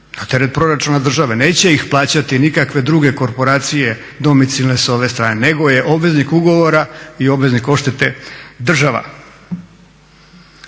na teret proračuna države. Neće ih plaćati nikakve druge korporacije domicilne s ove strane, nego je obveznik ugovora i obveznik odštete država.